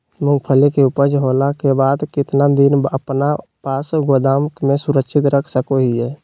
मूंगफली के ऊपज होला के बाद कितना दिन अपना पास गोदाम में सुरक्षित रख सको हीयय?